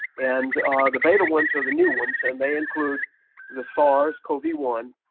and the beta ones are the new ones and they include the sars cov one.